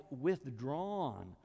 withdrawn